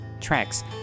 tracks